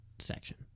Section